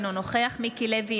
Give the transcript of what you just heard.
אינו נוכח מיקי לוי,